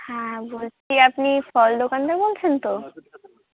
হ্যাঁ বলছি আপনি ফল দোকানদার বলছেন তো